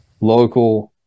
local